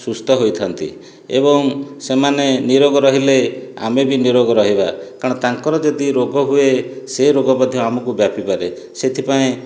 ସୁସ୍ଥ ହୋଇଥାନ୍ତି ଏବଂ ସେମାନେ ନିରୋଗ ରହିଲେ ଆମେ ବି ନିରୋଗ ରହିବା କାରଣ ତାଙ୍କର ଯଦି ରୋଗ ହୁଏ ସେ ରୋଗ ମଧ୍ୟ ଆମକୁ ବ୍ୟାପି ପାରେ ସେଥିପାଇଁ